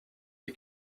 est